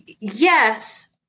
Yes